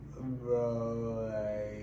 Bro